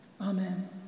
Amen